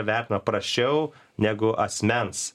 vertina prasčiau negu asmens